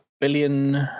Billion